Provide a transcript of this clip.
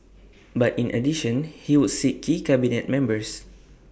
but in addition he would see key cabinet members